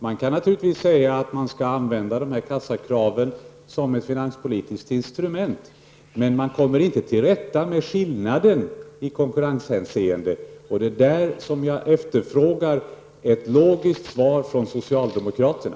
Man kan naturligtvis säga att man skall använda kassakraven som ett finanspolitiskt instrument, men man kommer inte till rätta med skillnaden i konkurrenshänseende på det sättet, och det är på den punkten som jag efterfrågar ett logiskt svar från socialdemokraterna.